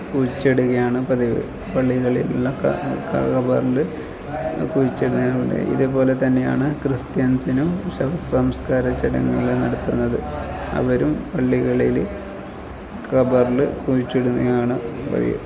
കുഴിച്ചിടുകയാണ് പതിവ് പള്ളികളിലുള്ള ക ഖബറിൽ കുഴിച്ചിടുന്നയാണ് ഉള്ളത് ഇതേപോലെ തന്നെയാണ് ക്രിസ്ത്യൻസിനും ശവസംസ്കാര ചടങ്ങുകൾ നടത്തുന്നത് അവരും പള്ളികളിൽ ഖബറിൽ കുഴിച്ചിടുന്നയാണ് പതിവ്